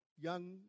young